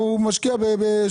הוא משקיע בשוק ההון כמעט.